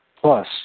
plus